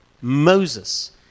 Moses